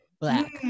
black